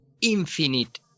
Infinite